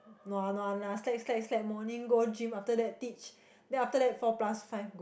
no ah no ah no ah slack slack slack morning go gym after that teach then after that four plus five go